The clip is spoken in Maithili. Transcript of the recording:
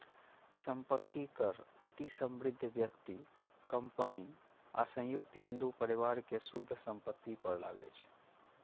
संपत्ति कर अति समृद्ध व्यक्ति, कंपनी आ संयुक्त हिंदू परिवार के शुद्ध संपत्ति पर लागै छै